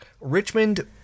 Richmond